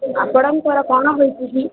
ଆପଣଙ୍କର କଣ ହୋଇଛି କି